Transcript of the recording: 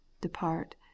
depart